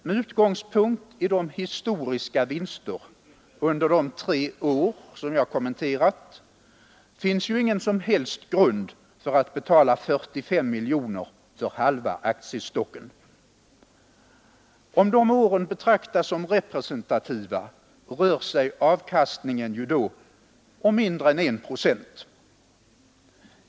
Med utgångspunkt i de historiska vinsterna under de tre år som jag kommenterat finns ju ingen som helst grund för att betala 45 miljoner för halva aktiekapitalet. Om de åren betraktas som representativa, rör sig ju avkastningen om mindre än 1 procent.